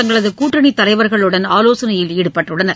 தங்களதுகூட்டணிதலைவர்களுடன் ஆலோசனையில் ஈடுபட்டுள்ளனர்